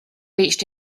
reached